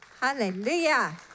Hallelujah